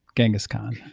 genghis khan,